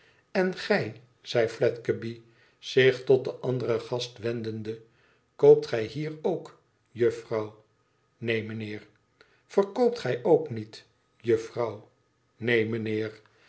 en gij zei fledgeby zich tot de andere gast wendende koopt gij hier ook juffrouw neen mijnheer verkoopt gij ook niet juffrouw neen